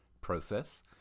process